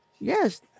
Yes